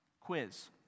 Quiz